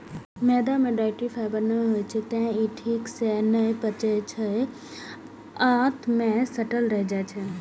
मैदा मे dietary fibre नै होइ छै, तें ई ठीक सं नै पचै छै आ आंत मे सटल रहि जाइ छै